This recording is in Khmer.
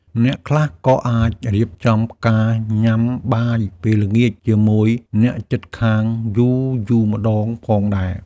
អ្នកខ្លះក៏អាចរៀបចំការញ៉ាំបាយពេលល្ងាចជាមួយអ្នកជិតខាងយូរៗម្ដងផងដែរ។